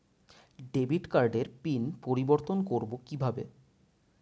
Debit কার্ডের pin পরিবর্তন করবো কীভাবে?